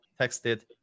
texted